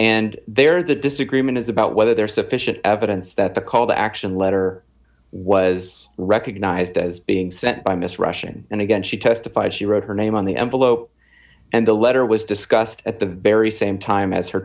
and they're the disagreement is about whether there is sufficient evidence that the call to action letter was recognized as being sent by miss russian and again she testified she wrote her name on the envelope and the letter was discussed at the very same time as her